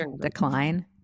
decline